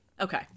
okay